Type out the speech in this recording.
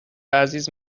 عزیز